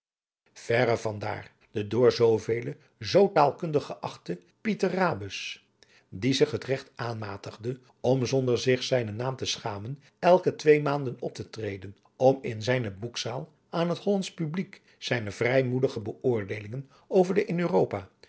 verre van daar de door velen zoo taalkundig geachte pieter rabus die zich het regt aanmatigde om zonder zich zijnen naam te schamen elke twee maanden op te treden om in zijne boekzaal aan het hollandsch publiek zijne vrijmoedige beoordeelingen over de in europa